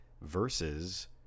versus